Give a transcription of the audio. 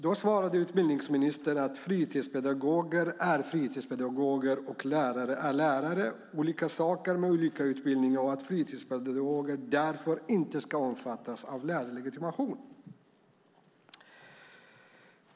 Då svarade utbildningsministern att fritidspedagoger är fritidspedagoger och att lärare är lärare - olika saker med olika utbildning - och att fritidspedagoger därför inte ska omfattas av lärarlegitimation.